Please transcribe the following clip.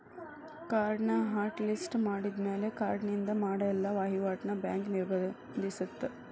ಕಾರ್ಡ್ನ hot list ಮಾಡಿದ್ಮ್ಯಾಲೆ ಕಾರ್ಡಿನಿಂದ ಮಾಡ ಎಲ್ಲಾ ವಹಿವಾಟ್ನ ಬ್ಯಾಂಕ್ ನಿರ್ಬಂಧಿಸತ್ತ